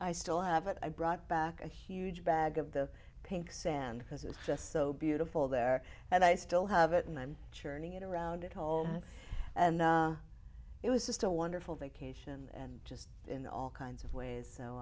i still have it i brought back a huge bag of the pink sand because it's just so beautiful there and i still have it and i'm churning it around at home and it was just a wonderful vacation and just in all kinds of ways